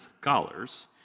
scholars